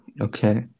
Okay